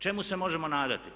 Čemu se možemo nadati?